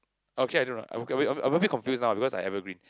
okay I don't know I'm I'm I'm a bit confused now because I evergreen